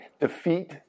defeat